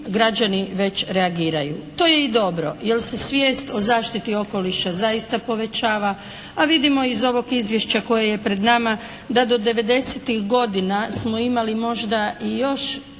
građani već reagiraju. To je i dobro, jer se svijest o zaštiti okoliša zaista povećava, a vidimo iz ovog izvješća koje je pred nama da do devedesetih godina smo imali možda i još